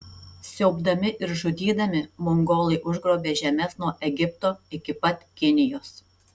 siaubdami ir žudydami mongolai užgrobė žemes nuo egipto iki pat kinijos